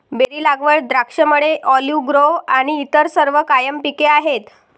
berry लागवड, द्राक्षमळे, olive grove आणि इतर सर्व कायम पिके आहेत